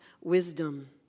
wisdom